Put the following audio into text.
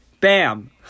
Bam